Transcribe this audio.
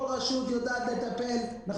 כל רשות יודעת לטפל באותם מפגעים.